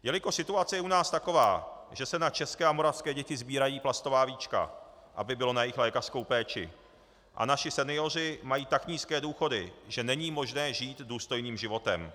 Jelikož situace je u nás taková, že se na české a moravské děti sbírají plastová víčka, aby bylo na jejich lékařskou péči, a naši senioři mají tak nízké důchody, že není možné žít důstojným životem.